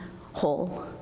whole